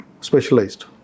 specialized